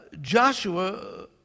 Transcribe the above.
Joshua